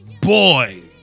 boy